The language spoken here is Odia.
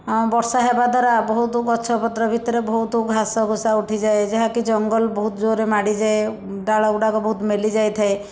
ଅ ବର୍ଷା ହେବା ଦ୍ଵାରା ବହୁତ ଗଛପତ୍ର ଭିତରେ ବହୁତ ଘାସ ଘୁସା ଉଠିଯାଏ ଯାହାକି ଜଙ୍ଗଲ ବହୁତ ଜୋରରେ ମାଡ଼ି ଯାଏ ଡାଳ ଗୁଡ଼ାକ ବହୁତ ମେଲି ଯାଇଥାଏ